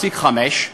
פסקה 5,